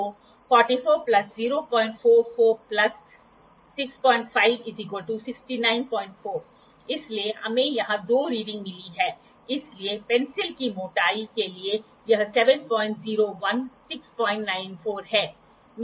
तो 44 plus 044 plus 65 694 इसलिए हमें यहां दो रीडिंग मिली हैं इसलिए पेंसिल की मोटाई के लिए यह 701 694 है